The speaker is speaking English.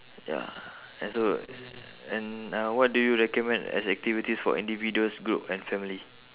ya and so and uh what do you recommend as activities for individuals group and family